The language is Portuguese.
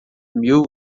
mil